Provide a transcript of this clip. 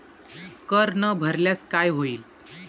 कर न भरल्यास काय होईल?